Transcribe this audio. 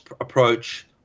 approach